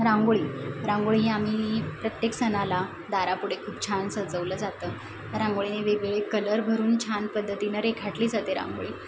रांगोळी रांगोळी ही आम्ही प्रत्येक सणाला दारापुढे खूप छान सजवलं जातं रांगोळीने वेगवेगळे कलर भरून छान पद्धतीनं रेखाटली जाते रांगोळी